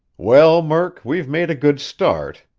well, murk, we've made a good start,